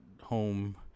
home